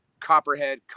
copperhead